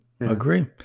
Agree